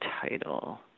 title